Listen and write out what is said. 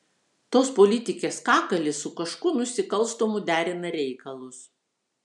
tos politikės kakalis su kažkuo nusikalstamu derina reikalus